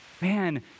man